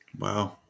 Wow